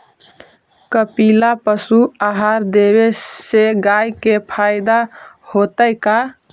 कपिला पशु आहार देवे से गाय के फायदा होतै का?